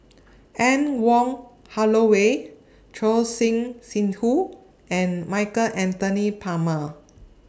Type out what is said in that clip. Anne Wong Holloway Choor Singh Sidhu and Michael Anthony Palmer